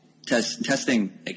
testing